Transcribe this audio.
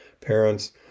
parents